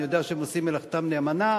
אני יודע שהם עושים מלאכתם נאמנה.